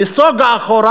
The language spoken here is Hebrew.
נסוגה אחורה